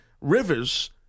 Rivers